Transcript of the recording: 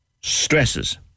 stresses